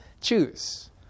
choose